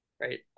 Right